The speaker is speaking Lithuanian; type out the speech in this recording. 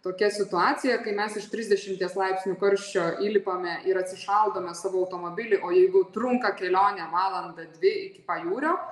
tokia situacija kai mes iš trisdešimties laipsnių karščio įlipame ir atsišaldome savo automobilį o jeigu trunka kelionė valandą dvi iki pajūrio